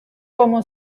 como